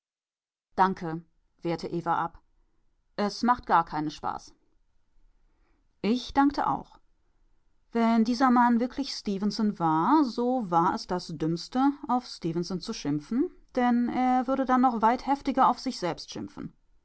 danke wehrte eva ab es macht gar keinen spaß ich dankte auch wenn dieser mann wirklich stefenson war so war es das dümmste auf stefenson zu schimpfen denn er würde dann noch weit heftiger auf sich selbst schimpfen